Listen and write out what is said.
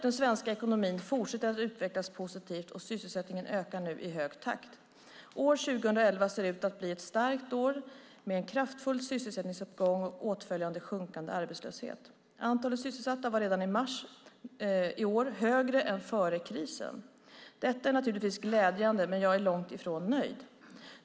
Den svenska ekonomin fortsätter att utvecklas positivt, och sysselsättningen ökar i hög takt. År 2011 ser ut att bli ett starkt år med en kraftfull sysselsättningsuppgång och åtföljande sjunkande arbetslöshet. Antalet sysselsatta var redan i mars i år större än före krisen. Detta är naturligtvis glädjande, men jag är långt ifrån nöjd.